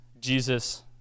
Jesus